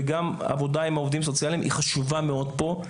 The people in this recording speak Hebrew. וגם עבודה עם עובדים סוציאליים היא חשובה מאוד פה,